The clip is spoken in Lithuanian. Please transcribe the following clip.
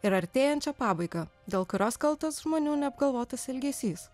ir artėjančią pabaigą dėl kurios kaltas žmonių neapgalvotas elgesys